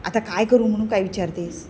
आता काय करू म्हणून काय विचारतेस